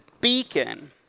beacon